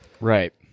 Right